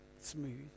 smooth